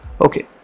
Okay